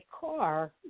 car